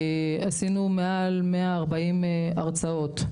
עשינו מעל 140 הרצאות,